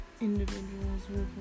individuals